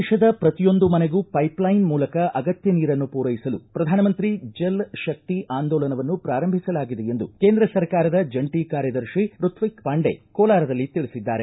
ದೇಶದ ಪ್ರತಿಯೊಂದು ಮನೆಗೂ ಪೈಪ್ಲೈನ್ ಮೂಲಕ ಅಗತ್ತ ನೀರನ್ನು ಪೂರೈಸಲು ಪ್ರಧಾನಮಂತ್ರಿ ಜಲ್ ಶಕ್ತಿ ಆಂದೋಲನವನ್ನು ಪ್ರಾರಂಭಿಸಲಾಗಿದೆ ಎಂದು ಕೇಂದ್ರ ಸರ್ಕಾರದ ಜಂಟಿ ಕಾರ್ಯದರ್ಶಿ ಋತ್ವಿಕ್ ಪಾಂಡೆ ಕೋಲಾರದಲ್ಲಿ ತಿಳಿಸಿದ್ದಾರೆ